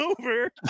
over